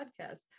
podcast